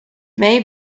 may